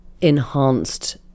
enhanced